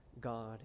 God